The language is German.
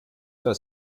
das